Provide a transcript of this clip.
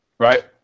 Right